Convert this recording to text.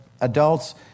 adults